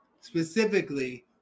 specifically